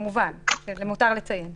למותר לציין את זה.